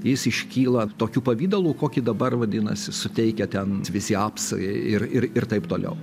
jis iškyla tokiu pavidalu kokį dabar vadinasi suteikia ten visi apsai ir ir ir taip toliau